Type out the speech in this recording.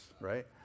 right